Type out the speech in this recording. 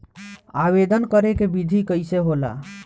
आवेदन करे के विधि कइसे होला?